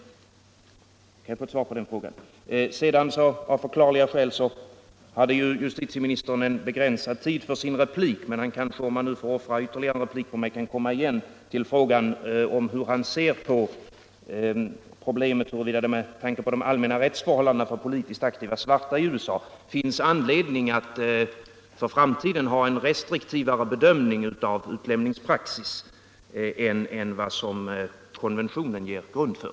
Kan jag få ett svar Nr 60 på den frågan. Torsdagen den Sedan hade justitieministern av förklarliga skäl begränsad tid för sin 17 april 1975 replik, men om han nu får offra ytterligare en replik på mig kanske han kan komma åter till frågan hur han ser på problemet om det med Om principerna tanke på de allmänna rättsförhållandena för politiskt aktiva svarta i USA rörande utlämning finns anledning att för framtiden ha en mera restriktiv bedömning av = för brott utlämningspraxis än vad konventionen ger grund för.